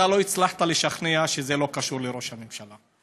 לא הצלחת לשכנע שזה לא קשור לראש הממשלה.